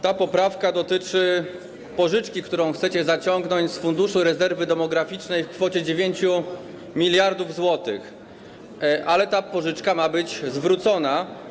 Ta poprawka dotyczy pożyczki, którą chcecie zaciągnąć z Funduszu Rezerwy Demograficznej w kwocie 9 mld zł, ale ta pożyczka ma być zwrócona.